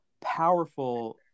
powerful